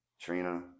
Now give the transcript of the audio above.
Trina